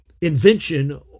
invention